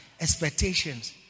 expectations